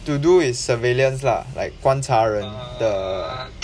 to do with surveillance lah like 观察人的